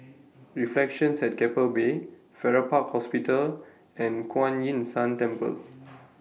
Reflections At Keppel Bay Farrer Park Hospital and Kuan Yin San Temple